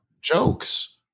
jokes